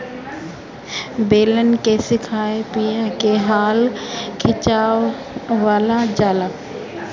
बैलन के खिया पिया के हल खिचवावल जाला